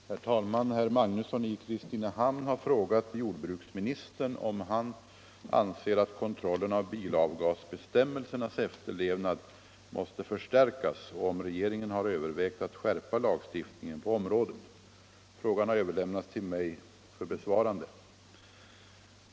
Herr talman! Herr Magnusson i Kristinehamn har frågat jordbruksministern, om han anser att kontrollen av bilavgasbestämmelsernas efterlevnad måste förstärkas och om regeringen har övervägt att skärpa lagstiftningen på området. Frågan har överlämnats till mig för besvarande.